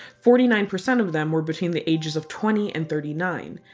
forty nine percent of them were between the ages of twenty and thirty nine.